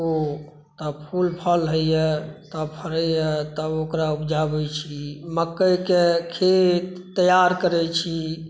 ओ आब फूल फल होइया तब फरैया तब उपजाबै छी मकइक खेत तैआर करै छी